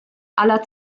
aller